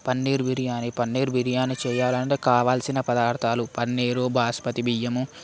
పన్నీర్ బిర్యానీ పన్నీర్ బిర్యానీ చేయాలి అంటే కావాల్సిన పదార్థాలు పన్నీరు బాస్మతి బియ్యము